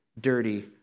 dirty